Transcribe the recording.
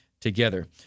together